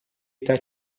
età